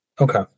Okay